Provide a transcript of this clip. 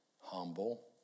humble